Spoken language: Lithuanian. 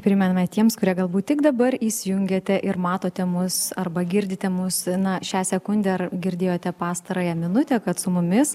primename tiems kurie galbūt tik dabar įsijungiate ir matote mus arba girdite mus na šią sekundę ar girdėjote pastarąją minutę kad su mumis